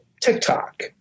TikTok